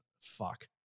fuck